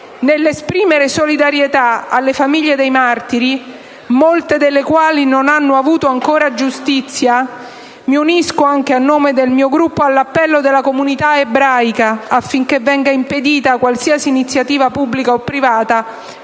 Nell'esprimere solidarietà alle famiglie dei martiri, molte delle quali ancora non hanno avuto giustizia, mi unisco, anche a nome del mio Gruppo, all'appello della comunità ebraica affinché venga impedita qualsiasi iniziativa pubblica o privata